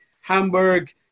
Hamburg